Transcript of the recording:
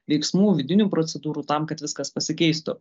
veiksmų vidinių procedūrų tam kad viskas pasikeistų